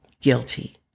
guilty